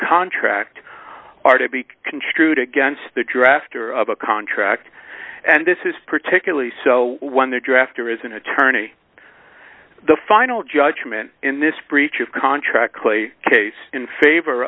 contract are to be construed against the drafter of a contract and this is particularly so when the drafter is an attorney the final judgment in this breach of contract clay case in favor